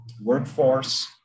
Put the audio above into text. Workforce